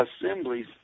assemblies